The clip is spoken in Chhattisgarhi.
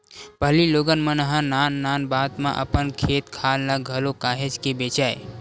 पहिली लोगन मन ह नान नान बात म अपन खेत खार ल घलो काहेच के बेंचय